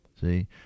See